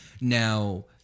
Now